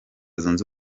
zunze